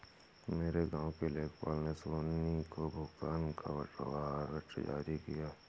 मेरे गांव के लेखपाल ने सोनी को भुगतान का वारंट जारी किया